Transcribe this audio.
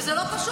וזה לא פשוט.